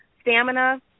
stamina